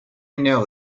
know